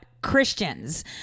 Christians